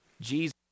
Jesus